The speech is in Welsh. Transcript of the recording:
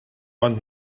ond